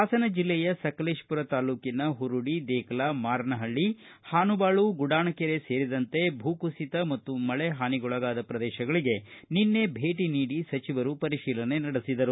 ಹಾಸನ ಜಿಲ್ಲೆಯ ಸಕಲೇಶಪುರ ತಾಲ್ಲೂಕಿನ ಹುರುಡಿ ದೇಕಲಾ ಮಾರನಹಳ್ಳಿ ಹಾನುಬಾಳು ಗುಡಾಣಕೆರೆ ಸೇರಿದಂತೆ ಭೂಕುಸಿತ ಮತ್ತು ಮಳೆ ಹಾನಿಗೊಳಗಾದ ಪ್ರದೇಶಗಳಿಗೆ ನಿನ್ನೆ ಭೇಟಿ ನೀಡಿ ಸಚಿವರು ಪರಿಶೀಲನೆ ನಡೆಸಿದರು